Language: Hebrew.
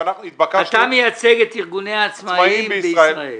אתה מייצג את ארגוני העצמאים בישראל.